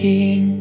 King